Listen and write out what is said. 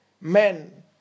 men